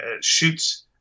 shoots